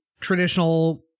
traditional